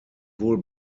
wohl